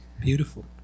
Beautiful